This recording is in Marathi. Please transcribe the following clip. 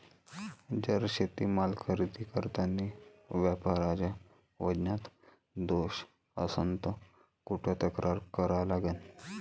जर शेतीमाल खरेदी करतांनी व्यापाऱ्याच्या वजनात दोष असन त कुठ तक्रार करा लागन?